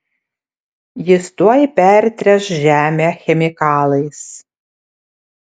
jis tuoj pertręš žemę chemikalais